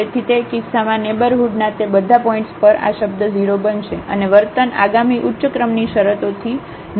તેથી તે કિસ્સામાં નેઇબરહુડના તે બધા પોઇન્ટ્સ પર આ શબ્દ 0 બનશે અને વર્તન આગામી ઉચ્ચ ક્રમની શરતોથી નક્કી કરવામાં આવશે